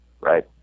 right